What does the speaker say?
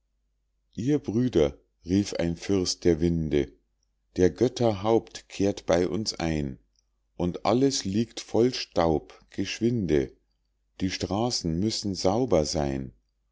ihr brüder rief ein fürst der winde der götter haupt kehrt bei uns ein und alles liegt voll staub geschwinde die straßen müssen sauber seyn